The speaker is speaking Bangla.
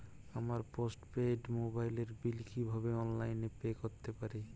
আমার পোস্ট পেইড মোবাইলের বিল কীভাবে অনলাইনে পে করতে পারি?